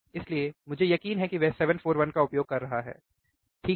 इसलिए मुझे यकीन है कि वह 741 का उपयोग कर रहा है ठीक है